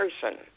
person